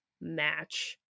match